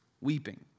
weeping